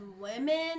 women